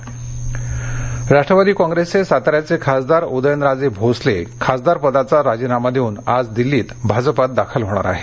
उदयनराजे राष्ट्रवादी कॉप्रेसचे साताऱ्याचे खासदार उदयन राजे भोसले खासदारपदाचा राजीनामा देऊन आज दिल्लीत भाजपात दाखल होणार आहेत